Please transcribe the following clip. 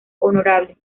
honorable